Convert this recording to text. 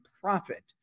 profit